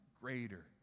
greater